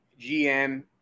GM